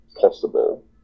possible